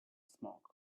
smoke